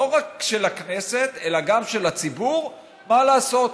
לא רק של הכנסת אלא גם של הציבור, מה לעשות.